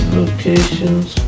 locations